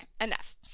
enough